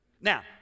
Now